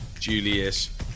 Julius